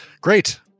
great